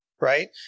right